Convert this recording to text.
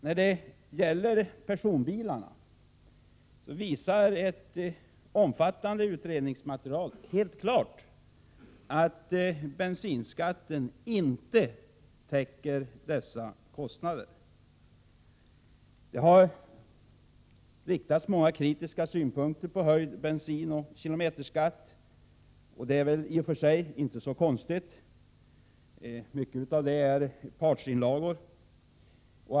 När det gäller personbilarna visar ett omfattande utredningsmaterial helt klart att bensinskatten inte täcker dessa kostnader. Det har framförts många kritiska synpunkter på höjd bensinoch kilometerskatt. Det är i och för sig inte konstigt. Mycket av det är partsinlagor.